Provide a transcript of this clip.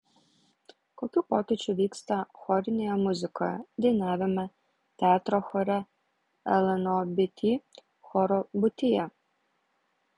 kokių pokyčių vyksta chorinėje muzikoje dainavime teatro chore lnobt choro būtyje